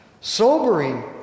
sobering